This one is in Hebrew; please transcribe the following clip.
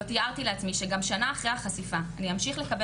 לא תיארתי לעצמי שגם שנה אחרי החשיפה אני אמשיך לקבל